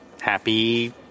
happy